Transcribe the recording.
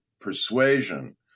persuasion